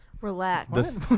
Relax